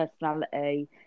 personality